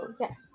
yes